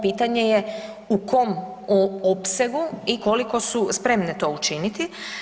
Pitanje je u kom opsegu i koliko su spremne to učiniti.